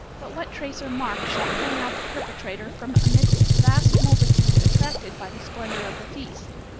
but what trace or mark shall point out the perpetrator from amidst the vast multitude attracted by the splendor of the feast?